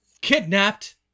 Kidnapped